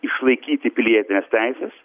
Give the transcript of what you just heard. išlaikyti pilietines teises